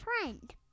friend